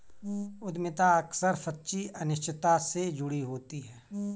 उद्यमिता अक्सर सच्ची अनिश्चितता से जुड़ी होती है